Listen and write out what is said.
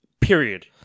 period